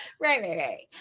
right